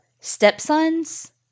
stepsons